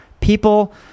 people